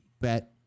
bet